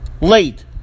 Late